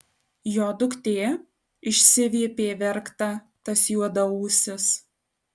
jo duktė išsiviepė verkta tas juodaūsis